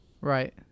right